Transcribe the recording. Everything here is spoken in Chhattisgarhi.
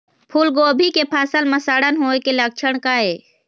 फूलगोभी के फसल म सड़न होय के लक्षण का ये?